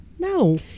No